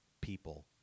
people